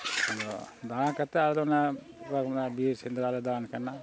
ᱟᱫᱚ ᱫᱟᱬᱟ ᱠᱟᱛᱮ ᱟᱫᱚ ᱚᱱᱟ ᱵᱤᱨ ᱥᱮᱸᱫᱽᱨᱟ ᱞᱮ ᱫᱟᱬᱟᱱ ᱠᱟᱱᱟ